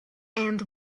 and